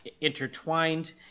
intertwined